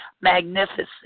magnificent